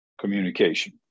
communication